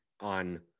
on